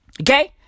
Okay